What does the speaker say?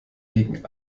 gegen